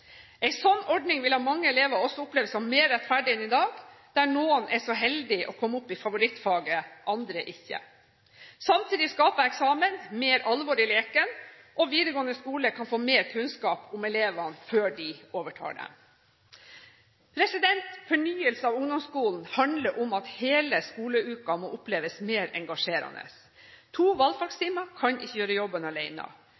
ordning vil av mange elever også oppleves som mer rettferdig enn i dag, der noen er så heldige å komme opp i favorittfaget, andre ikke. Samtidig skaper eksamen mer alvor i leken, og videregående skole kan få mer kunnskap om elevene før de overtar dem. Fornyelse av ungdomsskolen handler om at hele skoleuken må oppleves mer engasjerende. To